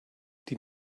die